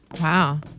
Wow